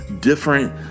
different